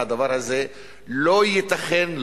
והדבר הזה לא ייתכן,